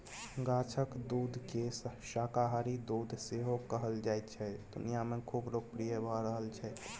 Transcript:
गाछक दुधकेँ शाकाहारी दुध सेहो कहल जाइ छै दुनियाँ मे खुब लोकप्रिय भ रहल छै